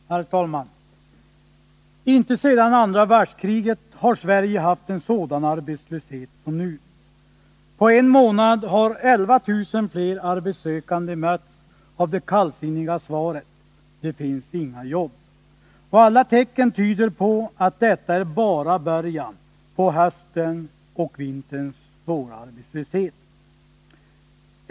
Herr talman! Inte sedan andra världskriget har Sverige haft en sådan arbetslöshet som nu. På en månad har 11 000 fler arbetssökande mötts av det kallsinniga svaret: Det finns inga jobb. Och alla tecken tyder på att detta bara är början på höstens och vinterns svåra arbetslöshet.